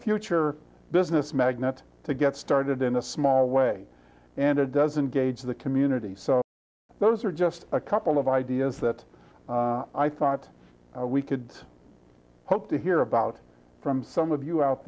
future business magnate to get started in a small way and it doesn't gauge the community so those are just a couple of ideas that i thought we could hope to hear about from some of you out